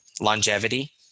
longevity